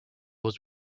was